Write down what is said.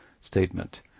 statement